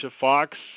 Fox